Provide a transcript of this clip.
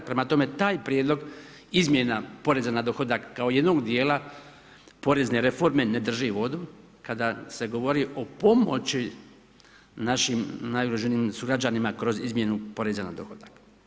Prema tome, taj prijedlog izmjena poreza na dohodak kao jednog dijela porezne reforme ne drži vodu, kada se govori o pomoći našim najugroženijim sugrađanima kroz izmjenu poreza na dohodak.